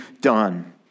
done